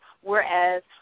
Whereas